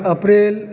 अप्रिल